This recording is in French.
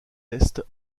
est